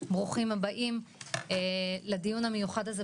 זו עמותה שהקימה את הבתים המאזנים הראשונים